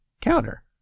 counter